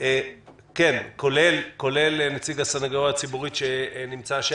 כולל נציג הסנגוריה הציבורית שנמצא.